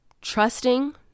trusting